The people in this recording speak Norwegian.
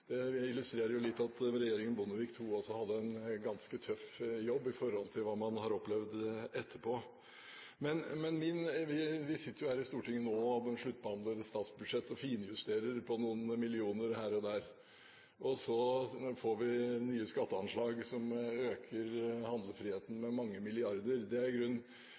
litt at Bondevik II-regjeringen også hadde en ganske tøff jobb i forhold til hva man har opplevd etterpå. Vi sitter her i Stortinget nå og sluttbehandler statsbudsjettet og finjusterer på noen millioner kroner her og der, og så får vi nye skatteanslag som øker handlefriheten med mange milliarder kroner. Hvis det blir systematikk i dette, mener jeg det er